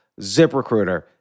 ZipRecruiter